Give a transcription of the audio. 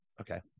Okay